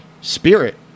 spirit